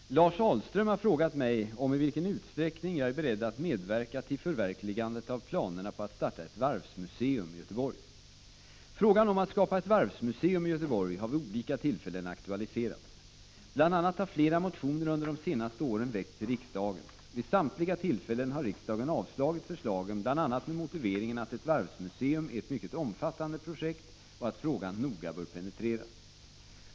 Herr talman! Lars Ahlström har frågat mig i vilken utsträckning jag är beredd att medverka till förverkligandet av planerna att starta ett varvsmuseum i Göteborg. Frågan om att skapa ett varvsmuseum i Göteborg har vid olika tillfällen aktualiserats. Bl.a. har flera motioner under de senaste åren väckts i riksdagen. Vid samtliga tillfällen har riksdagen avslagit förslagen bl.a. med motiveringen att ett varvsmuseum är ett mycket omfattande projekt och att frågan noga bör penetreras.